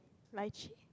lychee